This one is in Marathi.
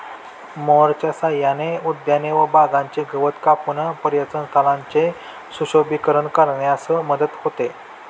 मोअरच्या सहाय्याने उद्याने व बागांचे गवत कापून पर्यटनस्थळांचे सुशोभीकरण करण्यास मदत होते